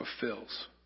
fulfills